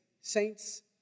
saints